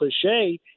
cliche